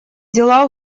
дела